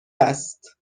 است